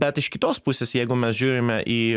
bet iš kitos pusės jeigu mes žiūrime į